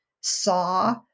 saw